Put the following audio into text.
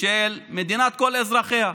של מדינת כל אזרחיה,